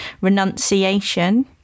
renunciation